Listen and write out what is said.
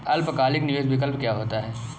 अल्पकालिक निवेश विकल्प क्या होता है?